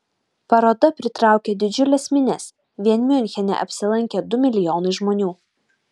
paroda pritraukė didžiules minias vien miunchene apsilankė du milijonai žmonių